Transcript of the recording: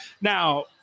Now